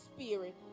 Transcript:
spirit